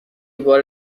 بار